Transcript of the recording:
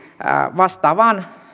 vastaavaan